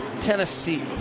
Tennessee